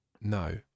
no